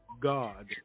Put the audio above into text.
god